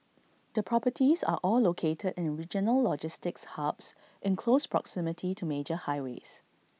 the properties are all located in regional logistics hubs in close proximity to major highways